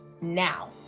now